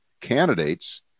candidates